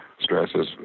stresses